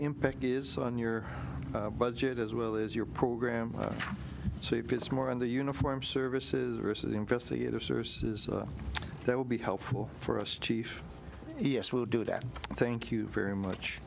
impact is on your budget as well as your program so it fits more on the uniformed services versus the investigative services that will be helpful for us chief yes we'll do that thank you very much